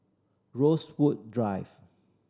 Rosewood Drive